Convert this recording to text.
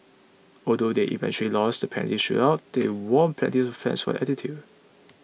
although they eventually lost the penalty shootout they won plenty of fans for their attitude